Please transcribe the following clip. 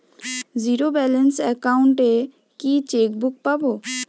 Zero balance account এ কি checkbook পাব?